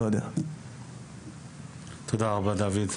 תודה, דוד.